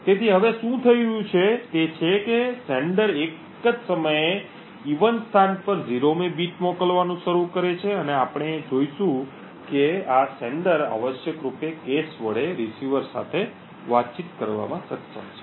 તેથી હવે શું થઈ રહ્યું છે તે છે કે પ્રેષક એક જ સમયે even સ્થાન પર 0 મી બીટ મોકલવાનું શરૂ કરે છે અને આપણે જોઇશું કે આ પ્રેષક આવશ્યક રૂપે cache વડે રીસીવર સાથે વાતચીત કરવામાં સક્ષમ છે